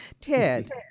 ted